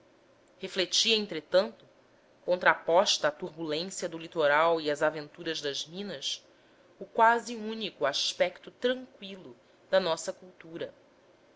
refletia entretanto contraposta à turbulência do litoral e às aventuras das minas o quase único aspecto tranqüilo da nossa cultura